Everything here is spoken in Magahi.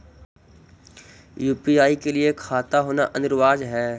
यु.पी.आई के लिए खाता होना अनिवार्य है?